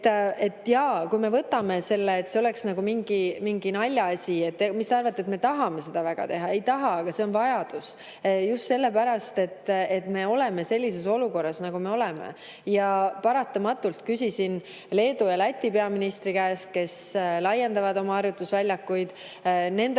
edasi. Jaa, kui me võtame, nagu see oleks nagu mingi naljaasi. Mis te arvate, et me tahame seda väga teha? Ei taha, aga seda on vaja just sellepärast, et me oleme sellises olukorras, nagu me oleme. Küsisin ka Leedu ja Läti peaministri käest, kes laiendavad oma harjutusväljasid. Nendel